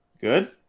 Good